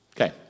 Okay